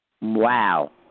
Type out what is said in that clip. Wow